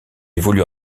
évolue